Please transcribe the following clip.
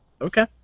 Okay